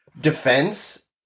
defense